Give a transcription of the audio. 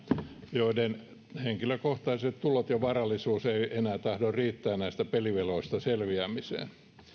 joiden henkilökohtaiset tulot ja varallisuus eivät enää tahdo riittää näistä peliveloista selviämiseen